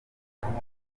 umutwe